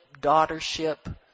daughtership